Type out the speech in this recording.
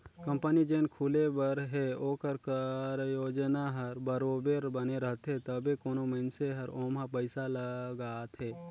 company जेन खुले बर हे ओकर कारयोजना हर बरोबेर बने रहथे तबे कोनो मइनसे हर ओम्हां पइसा ल लगाथे